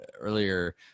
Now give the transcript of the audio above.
earlier